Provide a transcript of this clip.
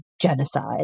genocide